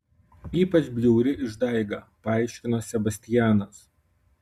ypač bjauri išdaiga paaiškino sebastianas